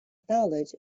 knowledge